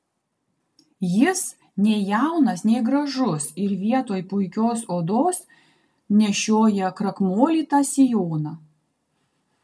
jis nei jaunas nei gražus ir vietoj puikios odos nešioja krakmolytą sijoną